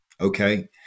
Okay